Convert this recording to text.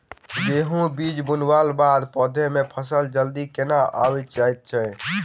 गेंहूँ बीज बुनला बाद पौधा मे फसल जल्दी केना आबि जाइत?